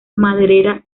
maderera